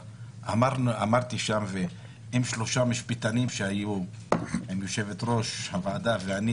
אמרתי שם אם שלושה משפטנים שהיו עם יושבת ראש הוועדה ואני